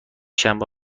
شنبه